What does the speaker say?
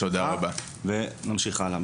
ונמשיך הלאה.